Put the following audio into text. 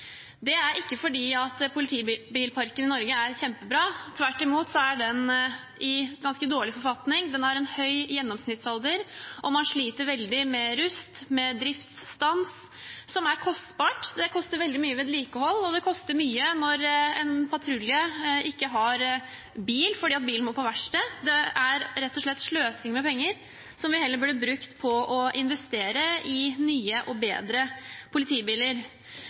Det er ikke fordi politibilparken i Norge er kjempebra. Tvert imot er den i ganske dårlig forfatning. Den har en høy gjennomsnittsalder, og man sliter veldig med rust og driftsstans, som er kostbart. Det koster veldig mye med vedlikehold, og det koster mye når en patrulje ikke har bil fordi bilen må på verksted. Det er rett og slett sløsing med penger som vi heller burde brukt på å investere i nye og bedre politibiler.